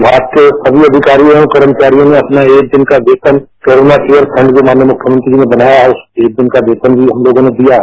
विमाग के सभी आधिकारियों और कर्मचारियों ने अपनों एक दिन का वेतन कोरोना केयर फंड जो माननीय मुख्यमंत्री ने बनाया है उसमें एक दिन का वेतन भी हम लोगों ने दिया है